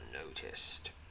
unnoticed